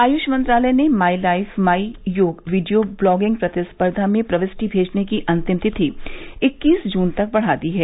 आयुष मंत्रालय ने my life my yoga video blogging प्रतिस्पर्धा में प्रविष्टि भेजने की अंतिम तिथि इक्कीस जून तक बढ़ा दी है